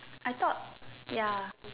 I thought ya